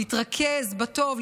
להתרכז בטוב,